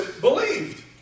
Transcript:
believed